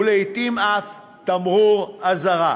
ולעתים אף תמרור אזהרה,